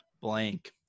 blank